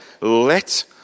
let